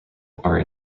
are